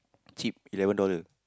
cheap eleven dollar